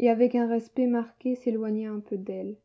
et avec un respect marqué s'éloigna un peu d'elle